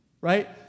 right